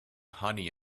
honey